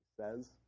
says